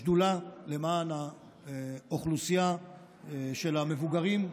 השדולה למען האוכלוסייה של המבוגרים,